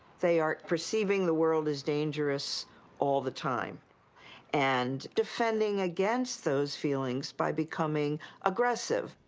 they are perceiving the world as dangerous all the time and defending against those feelings by becoming aggressive.